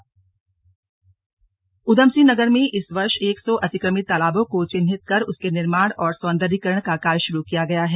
slug जलसंचय उधमसिंह नगर में इस वर्ष एक सौ अतिक्रमित तालाबों को चिन्हित कर उसके निर्माण और सौन्दीयकरण का कार्य शुरू किया गया है